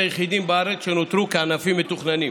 היחידים בארץ שנותרו ענפים מתוכננים,